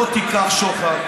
לא תיקח שוחד,